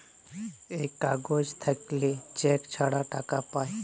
এই কাগজ থাকল্যে চেক ছাড়া টাকা পায়